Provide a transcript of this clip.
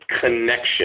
connection